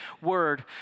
word